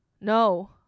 No